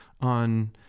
on